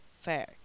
fair